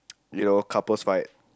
your couples fight